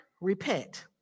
Repent